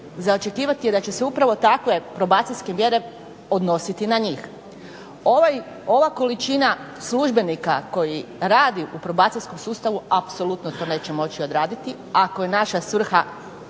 za očekivati je da će se upravo takve probacijske mjere odnositi na njih. Ova količina službenika koji radi u probacijskom sustavu apsolutno to neće moći odraditi. Ako je naša svrha